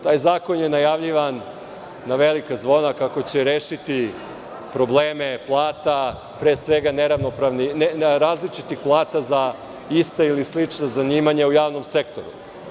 Taj zakon je najavljivan na velika zvona, kako će rešiti probleme plata, pre svega različitih plata za ista ili slična zanimanja u javnom sektoru.